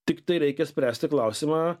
tiktai reikia spręsti klausimą